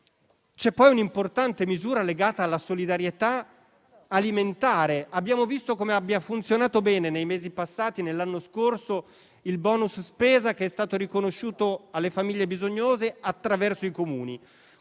c'è, poi, un'importante misura legata alla solidarietà alimentare. Abbiamo visto come abbia funzionato bene nei mesi passati dello scorso anno il bonus spesa che è stato riconosciuto alle famiglie bisognose attraverso i Comuni.